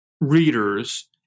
readers